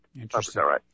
Interesting